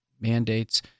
mandates